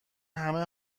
همه